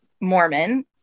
Mormon